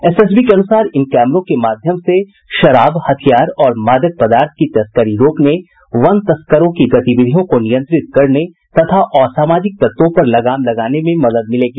SSB के अनुसार इन कैमरों के माध्यम से शराब हथियार और मादक पदार्थ की तस्करी रोकने वन तस्करों की गतिविधियों को नियंत्रित करने तथा असामाजिक तत्वों पर लगाम लगाने में मदद मिलेगी